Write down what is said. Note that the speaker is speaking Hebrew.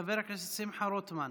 חבר הכנסת שמחה רוטמן,